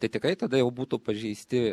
tai tikrai tada jau būtų pažeisti